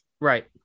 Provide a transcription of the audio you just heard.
right